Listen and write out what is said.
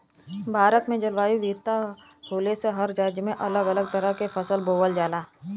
भारत में जलवायु विविधता होले से हर राज्य में अलग अलग तरह के फसल बोवल जाला